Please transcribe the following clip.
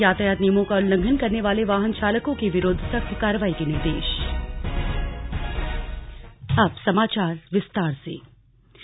यातायात नियमों का उल्लंघन करने वाले वाहन चालकों के विरूद्व सख्त कार्रवाई के निर्दे